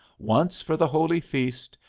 once for the holy feast,